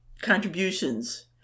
contributions